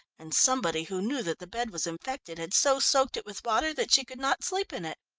and somebody who knew that the bed was infected had so soaked it with water that she could not sleep in it.